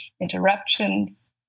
interruptions